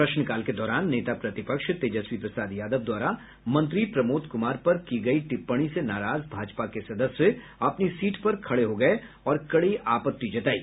प्रश्नकाल के दौरान नेता प्रतिपक्ष तेजस्वी प्रसाद यादव द्वारा मंत्री प्रमोद कुमार पर की गयी टिप्पणी से नाराज भाजपा के सदस्य अपनी सीट पर खड़े हो गये और कड़ी आपत्ति जतायी